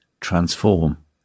transform